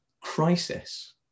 crisis